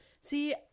see